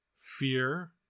fear